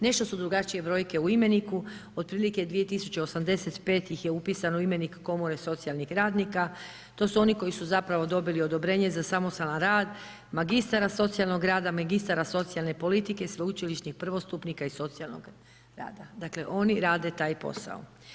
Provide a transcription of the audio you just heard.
Nešto su drugačije brojke u imeniku, otprilike 2085 ih je upisano u imenik Komore socijalnih radnika, to su oni koji su zapravo dobili odobrenje za samostalan rad, magistara socijalnog rada, magistara socijalne politike, sveučilišnih prvostupnika i socijalnog rada, dakle oni rade taj posao.